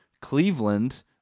Cleveland